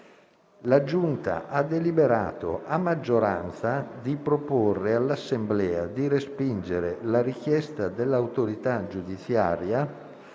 parlamentari ha deliberato, a maggioranza, di proporre all'Assemblea di respingere la richiesta dell'autorità giudiziaria